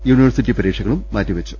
university പരീക്ഷകളും മാറ്റി വെച്ചു